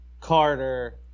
Carter